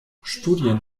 studien